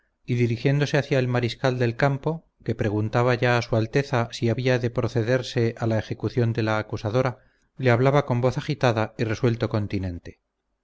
y dirigiéndose hacia el mariscal del campo que preguntaba ya a su alteza si había de procederse a la ejecución de la acusadora le hablaba con voz agitada y resuelto continente